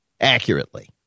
accurately